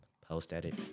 post-edit